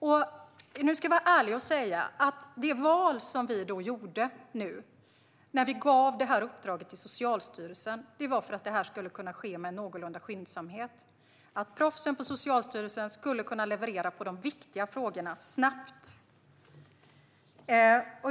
Jag ska vara ärlig och säga att det val vi gjorde när vi gav uppdraget till Socialstyrelsen gjorde vi för att detta skulle kunna ske med någorlunda skyndsamhet och att proffsen på Socialstyrelsen skulle kunna leverera på de viktiga frågorna snabbt.